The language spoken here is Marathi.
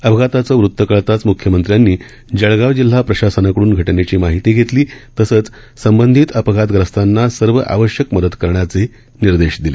अपघाताचं वृत कळताच मुख्यमंत्र्यांनी जळगाव जिल्हा प्रशासनाकडून घटनेची माहिती घेतली तसंच संबंधित अपघातग्रस्तांना सर्व आवश्यक मदत करण्याचे निर्देश दिले